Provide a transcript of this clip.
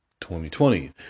2020